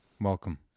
Welcome